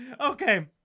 Okay